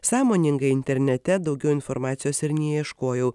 sąmoningai internete daugiau informacijos ir neieškojau